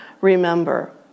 remember